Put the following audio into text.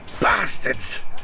bastards